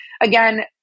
again